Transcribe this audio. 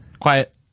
Quiet